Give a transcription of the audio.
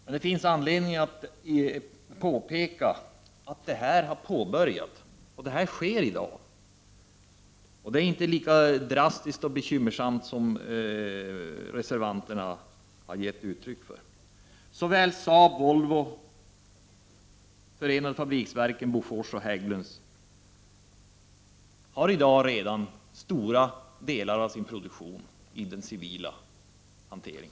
Men det finns anledning att påpeka att en sådan utveckling har påbörjats. Det är inte lika drastiskt och bekymmersamt som reservanterna har givit uttryck för. Såväl Saab och Volvo som förenade fabriksverken, Bofors och Hägglunds har redan i dag stora delar av sin produktion inriktad på materiel för civilt bruk.